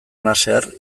nasser